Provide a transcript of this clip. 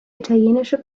italienischer